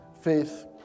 Faith